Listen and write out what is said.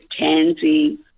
tansy